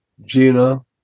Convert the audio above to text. Gina